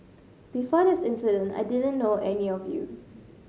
before this incident I didn't know any of you